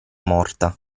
morta